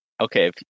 okay